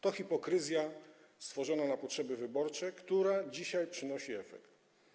To hipokryzja stworzona na potrzeby wyborcze, która dzisiaj przynosi efekt.